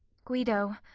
guido,